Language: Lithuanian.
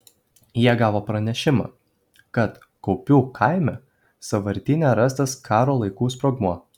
jie gavo pranešimą kad kaupių kaime sąvartyne rastas karo laikų sprogmuo